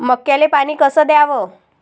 मक्याले पानी कस द्याव?